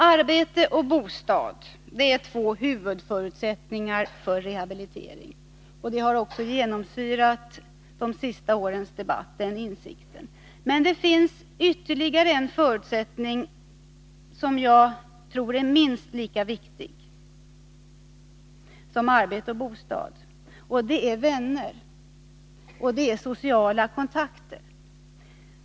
Arbete och bostad är två huvudförutsättningar för rehabilitering. Den insikten har också genomsyrat de senaste årens debatt. Men det finns ytterligare en förutsättning som jag tror är minst lika viktig som arbete och bostad, och det är vänner och andra sociala kontakter.